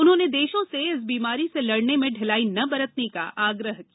उन्होंने देशों से इस बीमारी से लड़ने में ढिलाई न बरतने का आग्रह किया